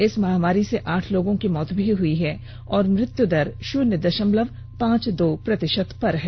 इस महामारी से आठ लोगों की मौत हुई है और मृत्यु दर शून्य दशमलव पांच दो प्रतिशत है